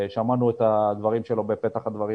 שמענו את הדברים שלו בפתח הדברים